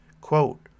Quote